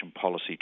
policy